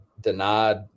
denied